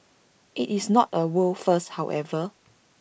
IT is not A world first however